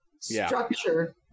structure